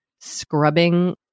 scrubbing